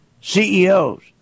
CEOs